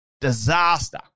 disaster